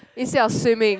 is it your swimming